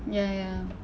ya ya